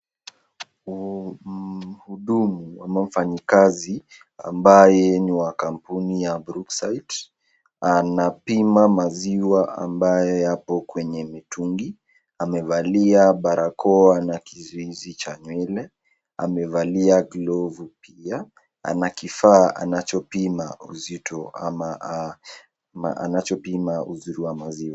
Mhudumu ama mfanyikazi ambaye ni wa kampuni ya Brookside anapima maziwa ambayo yako kwenye mtungi. Amevalia barakoa na kizuizi cha nywele, amevalia glovu pia. Ana kifaa cha kupima uzito ama uzuri wa maziwa.